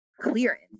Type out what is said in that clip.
clearance